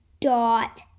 dot